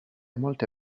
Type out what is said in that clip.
molte